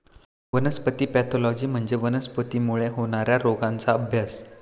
वनस्पती पॅथॉलॉजी म्हणजे वनस्पतींमुळे होणार्या रोगांचा अभ्यास